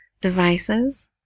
devices